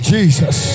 Jesus